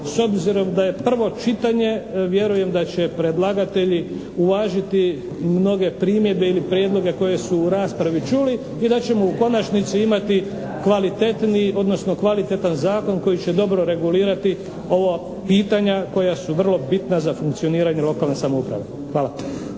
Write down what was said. s obzirom da je prvo čitanje vjerujem da će predlagatelji uvažiti mnoge primjedbe ili prijedloge koje su u raspravi čuli i da ćemo u konačnici imati kvalitetniji odnosno kvalitetan zakon koji će dobro regulirati ova pitanja koja su vrlo bitna za funkcioniranje lokalne samouprave. Hvala.